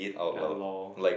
ya lor